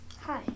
Hi